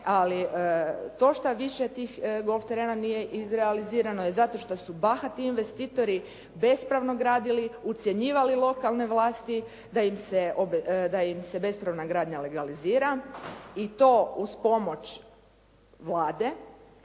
ali to šta više tih golf terena nije izrealizirano je zato što su bahati investitori bespravno gradili, ucjenjivali lokalne vlasti da im se bespravna gradnja legalizira i to uz pomoć Vlade